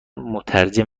مترجم